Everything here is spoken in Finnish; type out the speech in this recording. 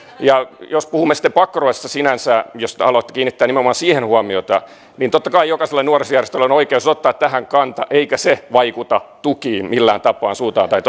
jos puhumme pakkoruotsista sinänsä jos haluatte kiinnittää nimenomaan siihen huomiota niin totta kai jokaisella nuorisojärjestöllä on oikeus ottaa tähän kanta eikä se vaikuta tukiin millään tapaa suuntaan tai